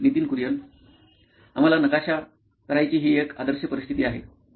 Nitin Kurian COO nine electronics आम्हाला नकाशा करायची ही एक आदर्श परिस्थिती आहे